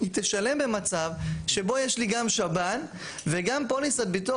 תשלם במצב שבו יש לי גם שב"ן וגם פוליסת ביטוח